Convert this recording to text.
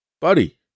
Buddy